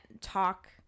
talk